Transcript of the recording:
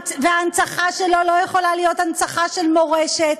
וההנצחה שלו אינה יכולה להיות הנצחה של מורשת.